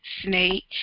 snake